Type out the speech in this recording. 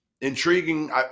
intriguing